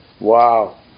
Wow